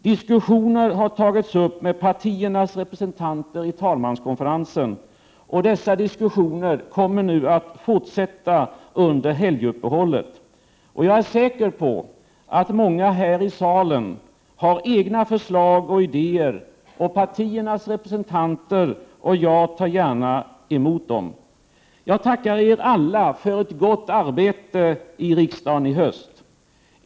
Diskussioner har tagits upp med partiernas representanter i talmanskonferensen. Dessa diskussioner kommer att fortsätta nu under helguppehållet. Jag är säker på att många här i salen har egna förslag och idéer. Partiernas representanter och jag tar gärna emot dem. Jag tackar Er alla för ett gott arbete i riksdagen i höst.